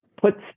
puts